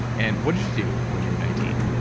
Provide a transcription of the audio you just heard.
and what did you do when you were nineteen?